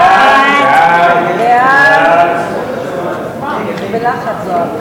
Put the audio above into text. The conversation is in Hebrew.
שם החוק, כהצעת הוועדה, נתקבל.